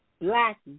Black